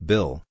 Bill